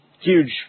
huge